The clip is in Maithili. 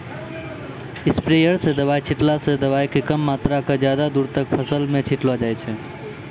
स्प्रेयर स दवाय छींटला स दवाय के कम मात्रा क ज्यादा दूर तक फसल मॅ छिटलो जाय छै